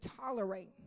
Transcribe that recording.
tolerate